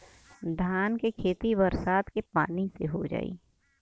धान के खेती बरसात के पानी से हो जाई?